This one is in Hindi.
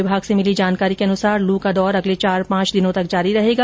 विभाग से मिली जानकारी के अनुसार लू का दौर अगले चार पांच दिनों तक जारी रहेगा